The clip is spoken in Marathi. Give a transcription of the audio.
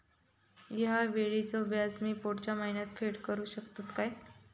हया वेळीचे व्याज मी पुढच्या महिन्यात फेड करू शकतय काय?